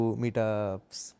meetups